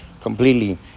completely